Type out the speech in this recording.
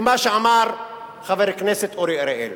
למה שאמר חבר הכנסת אורי אריאל.